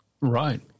Right